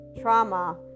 trauma